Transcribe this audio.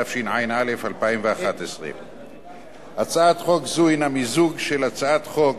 התשע"א 2011. הצעת חוק זו הינה מיזוג של הצעת חוק